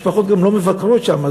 משפחות גם לא מבקרות שם,